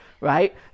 right